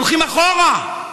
הולכים אחורה,